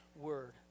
word